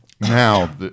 now